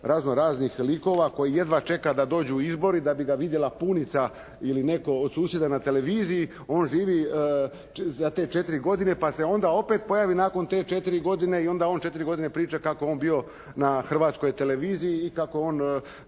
razno-raznih likova koji jedva čeka da dođu izbori da bi ga vidjela punica ili netko od susjeda na televiziji, on živi za te četiri godine pa se onda opet pojavi nakon te četiri godine i onda on četiri godine priča kako je on bio na Hrvatskoj televiziji i kako je